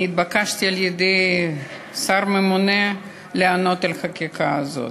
אני התבקשתי על-ידי השר הממונה לענות על החקיקה הזאת.